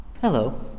Hello